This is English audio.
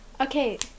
Okay